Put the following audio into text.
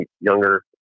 younger